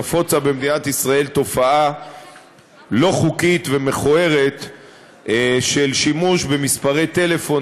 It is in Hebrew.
נפוצה במדינת ישראל תופעה לא חוקית ומכוערת של שימוש במספרי טלפון